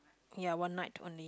ya one night only